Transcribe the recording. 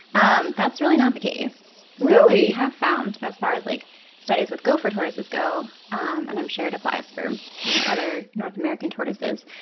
um that's really not the case. we have found as far as like studies with gopher tortoises go, and i'm sure it applies for you know other north american tortoises,